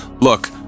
look